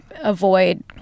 avoid